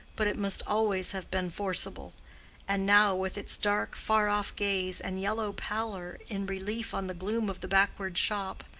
but it must always have been forcible and now with its dark, far-off gaze, and yellow pallor in relief on the gloom of the backward shop,